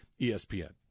ESPN